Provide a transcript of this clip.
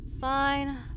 Fine